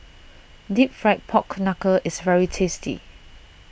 Deep Fried Pork Knuckle is very tasty